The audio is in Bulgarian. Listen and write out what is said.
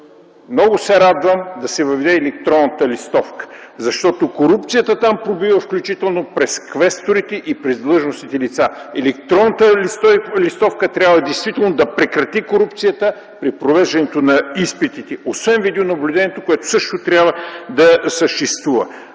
много се радвам да се въведе електронната листовка, защото корупцията там пробива включително през квесторите и през длъжностните лица. Електронната листовка трябва действително да прекрати корупцията при провеждането на изпитите, освен видеонаблюдението, което също трябва да съществува.